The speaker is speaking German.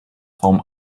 form